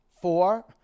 four